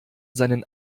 seinen